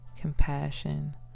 compassion